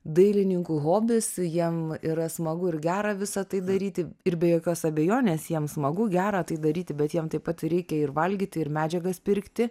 dailininkų hobis jiem yra smagu ir gera visa tai daryti ir be jokios abejonės jiem smagu gera tai daryti bet jiem taip pat ir reikia ir valgyti ir medžiagas pirkti